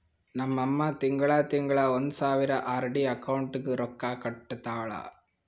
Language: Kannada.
ನಮ್ ಅಮ್ಮಾ ತಿಂಗಳಾ ತಿಂಗಳಾ ಒಂದ್ ಸಾವಿರ ಆರ್.ಡಿ ಅಕೌಂಟ್ಗ್ ರೊಕ್ಕಾ ಕಟ್ಟತಾಳ